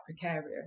precarious